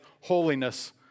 holiness